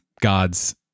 gods